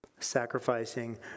sacrificing